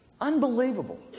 Unbelievable